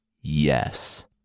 Yes